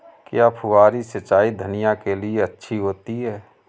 क्या फुहारी सिंचाई धनिया के लिए अच्छी होती है?